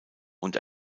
und